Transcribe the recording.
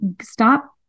stop